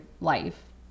life